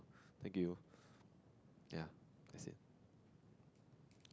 thank you ya that's it